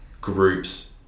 groups